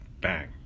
bang